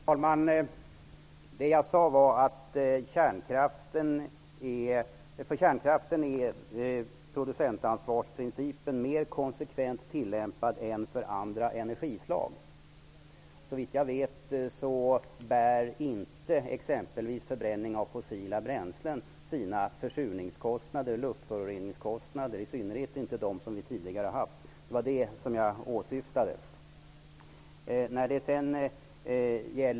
Herr talman! Det jag sade var att för kärnkraften är producentansvarsprincipen mer konsekvent tillämpad än för andra energislag. Såvitt jag vet bär inte exempelvis förbränning av fossila bränslen sina försurningskostnader, luftföroreningskostnader; i synnerhet inte de vi tidigare har haft. Det var det som jag åsyftade.